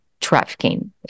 trafficking